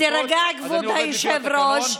תירגע, כבוד היושב-ראש.